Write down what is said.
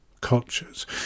cultures